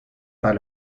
pas